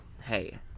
Hey